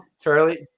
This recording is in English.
Charlie